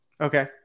Okay